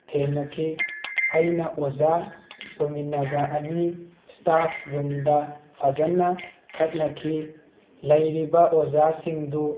ꯊꯦꯡꯅꯈꯤ ꯑꯩꯅ ꯑꯣꯖꯥ ꯑꯣꯏꯃꯤꯟꯅꯕ ꯑꯅꯤ ꯏꯁꯇꯥꯐ ꯔꯨꯝꯗ ꯐꯖꯅ ꯈꯠꯅꯈꯤ ꯂꯩꯔꯤꯕ ꯑꯣꯖꯥꯁꯤꯡꯗꯨ